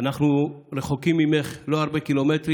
אנחנו רחוקים ממך, אבל לא בהרבה קילומטרים.